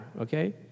okay